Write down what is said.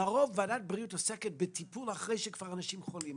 לרוב ועדת בריאות עוסקת בטיפול אחרי שאנשים כבר חולים,